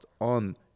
on